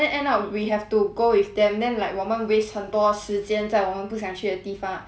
then end up we have to go with them then like 我们 waste 很多时间在我们不想去的地方 ah